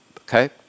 Okay